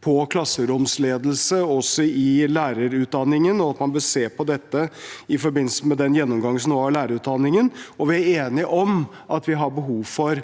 på klasseromsledelse også i lærerutdanningen, og at man bør se på dette i forbindelse med den gjennomgangen som nå er av lærerutdanningen, og vi er enige i at vi har behov for